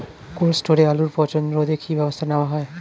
Cold স্টোরে আলুর পচন রোধে কি ব্যবস্থা নেওয়া হয়?